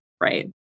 right